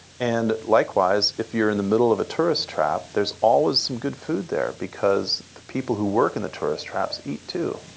and likewise, if you're in the middle of a tourist trap, there's always some good food there, because the people who work in the tourist traps eat too.